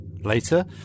Later